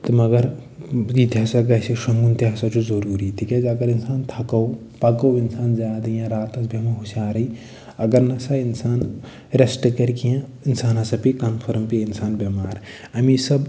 تہٕ مَگر بیٚیہِ تہِ ہسا گژھِ شۄنٛگُن تہِ ہسا چھُ ضٔروٗری تِکیٛازِ اَگر اِنسان تھکَو پَکو اِنسان زیادٕ یا راتَس بیٚہمو ہُشارَے اَگر نَہ سا اِنسان رٮ۪سٹ کرِ کیٚنٛہہ اِنسان ہسا پے کَنفٲرٕم پے اِنسان بٮ۪مار اَمہِ حساب